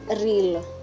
real